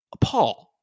paul